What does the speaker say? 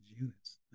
units